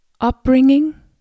upbringing